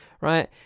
right